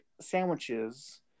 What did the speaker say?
sandwiches